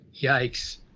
yikes